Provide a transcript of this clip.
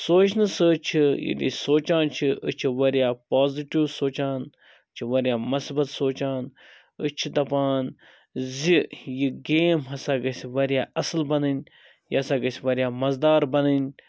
سونٛچنہٕ سۭتۍ چھ ییٚلہِ أسۍ سونٛچان چھِ أسۍ چھِ واریاہ پازٹِو سونچان چھِ واریاہ مَسبت سونٛچان أسۍ چھِ دَپان زِ یہِ گیم ہَسا گَژھِ واریاہ اَصٕل بنٕنۍ یہِ ہَسا گَژھِ واریاہ مَزٕدار بنٕنۍ